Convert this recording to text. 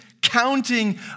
counting